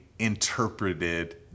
interpreted